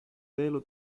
velo